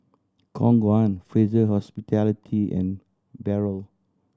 Khong Guan Fraser Hospitality and Barrel